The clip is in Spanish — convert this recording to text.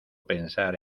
pensar